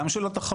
גם של התחרות,